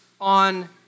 on